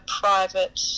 private